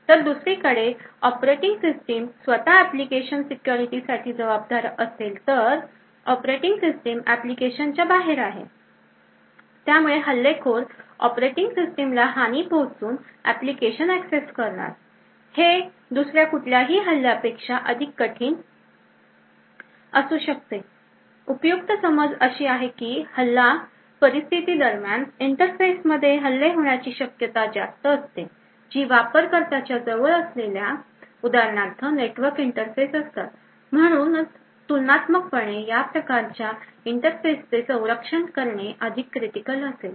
तर दुसरीकडे operating system स्वतः एप्लीकेशन सिक्युरिटी साठी जबाबदार असेल तर ऑपरेटिंग सिस्टिम एप्लीकेशनच्या बाहेर आहे त्यामुळे हल्लेखोर ऑपरेटिंग सिस्टीमला हानी पोहोचवून ऍप्लिकेशन एक्सेस करणार हे दुसऱ्या कुठल्याही हल्ल्यापेक्षा अधिक कठीण असू शकते उपयुक्त समज अशी आहे की हल्ला परिस्थिती दरम्यान इंटरफेसमध्ये हल्ले होण्याची शक्यता जास्त असते जी वापरकर्त्याच्या जवळ असलेल्या उदाहरणार्थ नेटवर्क इंटरफेस असतात म्हणूनच तुलनात्मकपणे या प्रकारच्या इंटरफेसचे संरक्षण करणे अधिक critical असेल